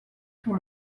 sur